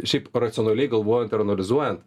šiaip racionaliai galvojant ar analizuojant